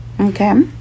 okay